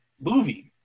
movie